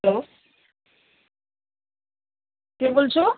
কে বলছ